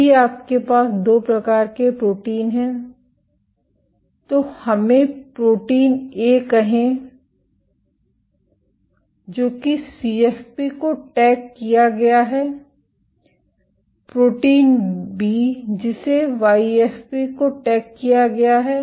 यदि आपके पास 2 प्रकार के प्रोटीन हैं तो हमें प्रोटीन ए कहें जो कि सीएफपी को टैग किया गया है प्रोटीन बी जिसे वाईएफपी को टैग किया गया है